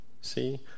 See